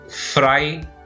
fry